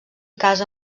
casa